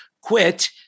quit